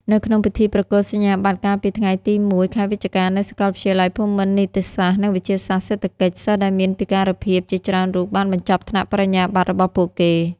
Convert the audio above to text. នៅក្នុងពិធីប្រគល់សញ្ញាបត្រកាលពីថ្ងៃទី ១ ខែវិច្ឆិកានៅសាកលវិទ្យាល័យភូមិន្ទនីតិសាស្ត្រនិងវិទ្យាសាស្ត្រសេដ្ឋកិច្ច សិស្សដែលមានពិការភាពជាច្រើនរូបបានបញ្ចប់ថ្នាក់បរិញ្ញាបត្ររបស់ពួកគេ។